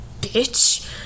bitch